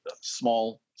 small